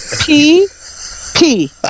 P-P